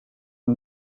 een